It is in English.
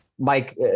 Mike